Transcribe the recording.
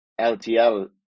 LTL